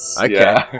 okay